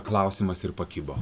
klausimas ir pakibo